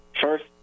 first